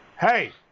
Hey